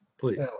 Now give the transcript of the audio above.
please